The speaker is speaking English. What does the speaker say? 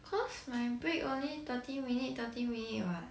cause my break only thirty minute thirty minute what